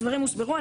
הדברים הוסברו.